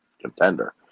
contender